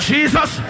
Jesus